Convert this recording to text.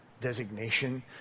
designation